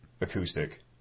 acoustic